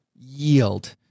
yield